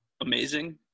amazing